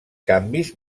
canvis